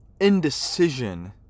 indecision